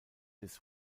his